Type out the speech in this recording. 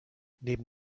neben